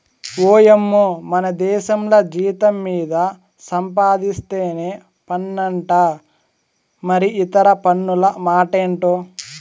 ఓయమ్మో మనదేశంల జీతం మీద సంపాధిస్తేనే పన్నంట మరి ఇతర పన్నుల మాటెంటో